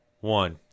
one